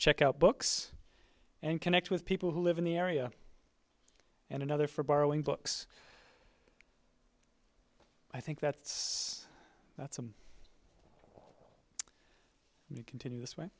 check out books and connect with people who live in the area and another for borrowing books i think that's that's a continu